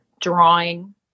drawing